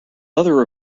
other